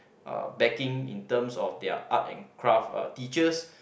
uh backing in terms of their art and craft uh teachers